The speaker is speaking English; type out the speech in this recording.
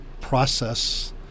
process